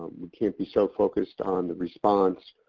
can't be so focused on the response,